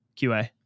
QA